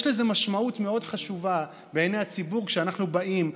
יש לזה משמעות מאוד חשובה בעיני הציבור כשאנחנו באים,